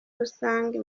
rusangi